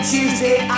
Tuesday